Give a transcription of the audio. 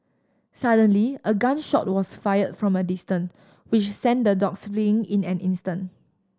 suddenly a gun shot was fired from a distance which sent the dogs fleeing in an instant